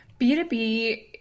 B2B